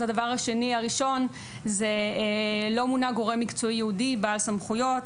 הדבר השני הראשון זה לא מונה גורם מקצועי ייעודי בסמכויות,